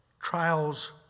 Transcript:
Trials